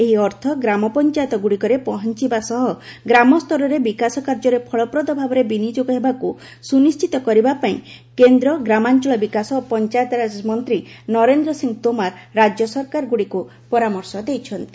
ଏହି ଅର୍ଥ ଗ୍ରାମପଞ୍ଚାୟତ ଗୁଡିକରେ ପହଞ୍ଚବା ସହ ଗ୍ରାମସ୍ତରର ବିକାଶ କାର୍ଯ୍ୟରେ ଫଳପ୍ରଦ ଭାବେ ବିନିଯୋଗ ହେବାକୁ ସୁନିଣ୍ଚିତ କରିବା ପାଇଁ କେନ୍ଦ୍ର ଗ୍ରାମାଞ୍ଚଳ ବିକାଶ ଓ ପଞ୍ଚାୟତରାଜ ମନ୍ତ୍ରୀ ନରେନ୍ଦ୍ର ସିଂ ତୋମାର ରାଜ୍ୟ ସରକାରଗୁଡିକୁ ପରାମର୍ଶ ଦେଇଛନ୍ତି